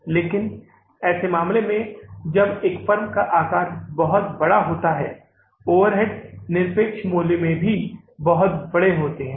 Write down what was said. लेकिन ऐसे मामले में जब एक फर्म आकार में बहुत बड़ा होता है ओवरहेड्स निरपेक्ष मूल्य में भी बहुत बड़े होते हैं